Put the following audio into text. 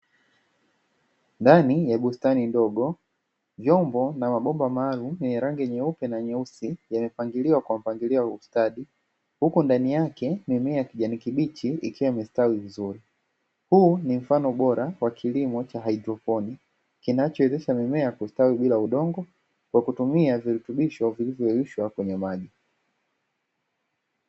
Ndani ya bustani ndogo vyombo na mabomba maalumu ni rangi nyeupe na nyeusi, yamepangiliwa kwa mpangilio wa ustadi huku ndani yake mimea kijani kibichi ikiwa mistawi vizuri huu ni mfano bora wa kilimo cha haidoponikin kinachowezesha mimea kustawi bila udongo kwa kutumia virutubisho vilivyoyeyushwa kwenye maji.